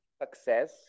success